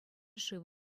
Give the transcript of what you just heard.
шыв